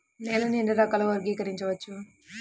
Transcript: నేలని ఎన్ని రకాలుగా వర్గీకరించవచ్చు?